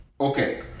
okay